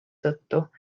tõttu